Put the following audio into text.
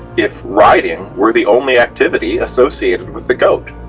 if riding were the only activity associated with the goat.